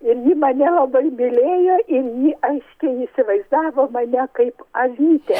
ir ji mane labai mylėjo ir ji aiškiai įsivaizdavo mane kaip avytę